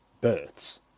births